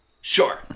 sure